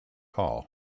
hall